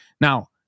Now